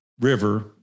river